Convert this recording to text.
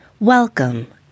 Welcome